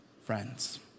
friends